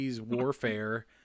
warfare